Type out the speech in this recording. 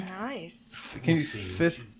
Nice